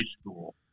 School